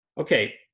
Okay